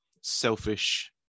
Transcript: selfish